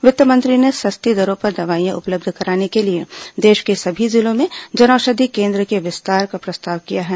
वित्त मंत्री ने सस्ती दरों पर दवाईयां उपलब्ध कराने के लिए देश के सभी जिलों में जनऔषधि केंद्र के विस्तार का प्रस्ताव किया है